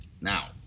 Now